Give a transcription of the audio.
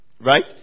Right